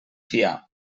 fiar